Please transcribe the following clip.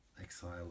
exile